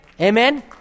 Amen